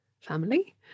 family